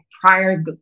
prior